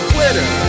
Twitter